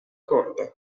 corda